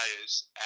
players